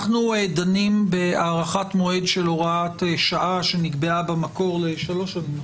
אנחנו דנים בהארכת מועד של הוראת שעה שנקבעה במקור לשלוש שנים,